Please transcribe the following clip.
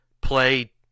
Play